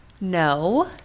No